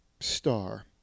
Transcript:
star